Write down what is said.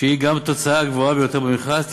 שהיא גם התוצאה הגבוהה ביותר במכרז,